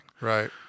Right